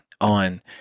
on